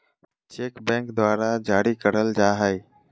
cheque bank द्वारा जारी करल जाय हय